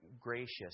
gracious